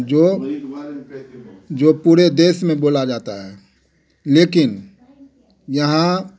जो जो पूरे देश में बोला जाता है लेकिन यहाँ